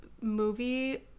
movie